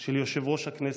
של יושב-ראש הכנסת,